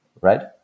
right